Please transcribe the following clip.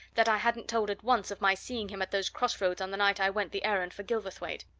that i hadn't told at once of my seeing him at those crossroads on the night i went the errand for gilverthwaite.